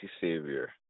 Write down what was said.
Savior